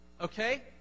okay